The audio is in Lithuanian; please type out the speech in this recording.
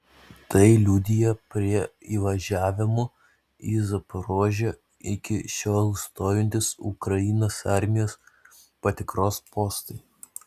tai liudija prie įvažiavimų į zaporožę iki šiol stovintys ukrainos armijos patikros postai